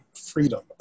freedom